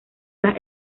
las